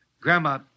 Grandma